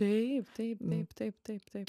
taip taip taip taip taip taip